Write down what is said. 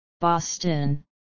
Boston